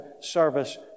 service